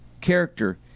Character